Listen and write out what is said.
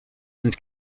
and